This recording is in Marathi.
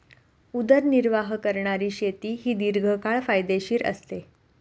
उदरनिर्वाह करणारी शेती ही दीर्घकाळ फायदेशीर असते